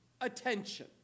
attention